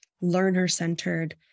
learner-centered